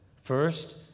FIRST